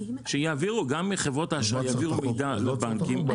שיעבירו גם מחברות האשראי מידע לבנקים.